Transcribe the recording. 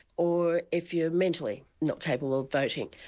or if you're mentally not capable of voting.